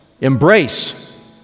embrace